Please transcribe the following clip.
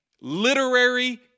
literary